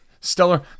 Stellar